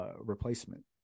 Replacement